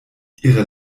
ihre